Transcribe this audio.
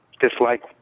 dislike